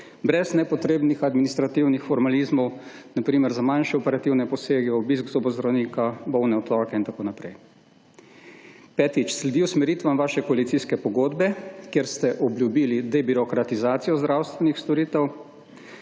brez nepotrebnih administrativnih formalizmov, na primer za manjše operativne posege, obisk zobozdravnika, bolne otroke in tako naprej. Petič, sledi usmeritvam vaše koalicijske pogodbe, kjer ste obljubili debirokratizacijo zdravstvenih storitev.